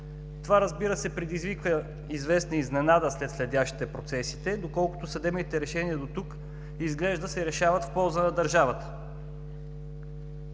Това, разбира се, предизвика известна изненада сред следящите процесите, доколкото съдебните решения до тук изглежда се решават в полза на държавата.